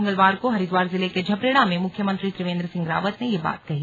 मंगलवार को हरिद्वार जिले के झबरेड़ा में मुख्यमंत्री त्रिवेंद्र सिंह रावत ने ये बात कही